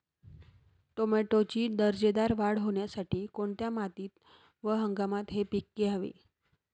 टोमॅटोची दर्जेदार वाढ होण्यासाठी कोणत्या मातीत व हंगामात हे पीक घ्यावे?